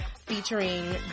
featuring